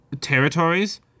territories